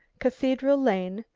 cathedral lane,